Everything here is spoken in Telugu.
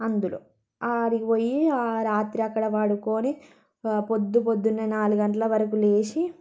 అందులో ఆడికి పోయీ ఆ రాత్రి అక్కడ పడుకొని పొద్దు పొద్దున్నే నాలుగు గంటల వరకు లేచి